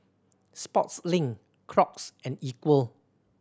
Sportslink Crocs and Equal